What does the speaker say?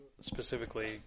specifically